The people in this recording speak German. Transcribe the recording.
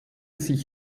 sich